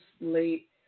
late